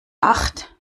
acht